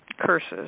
curses